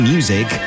Music